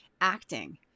acting